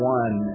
one